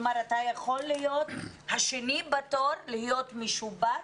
כלומר אתה יכול להיות השני בתור להיות משובץ,